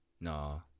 No